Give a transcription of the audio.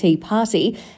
Party